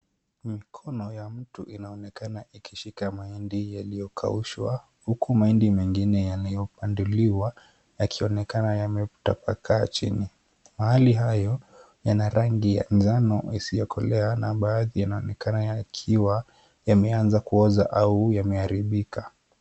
Mkono ya mtu inaonekana ikishika mahindi iliyokaushwa huku mahindi mengine yaliyobanduliwa yakionekana yametapakaa chini. Baadhi yao yana rangi ya njano yasiyokolea na baadhi yanaonekana yakiwa yameanza kuoza au yameharibika.